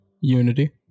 Unity